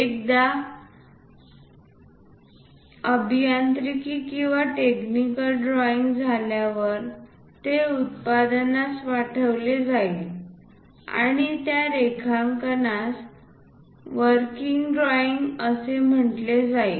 एकदा अभियांत्रिकी किंवा टेक्निकल ड्रॉईंग झाल्यावर ते उत्पादनास पाठविले जाईल आणि त्या रेखांकनास वर्किंग ड्रॉईंग असे म्हटले जाईल